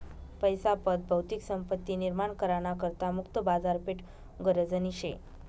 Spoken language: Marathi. पैसा पत भौतिक संपत्ती निर्माण करा ना करता मुक्त बाजारपेठ गरजनी शे